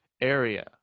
area